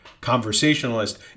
conversationalist